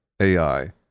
AI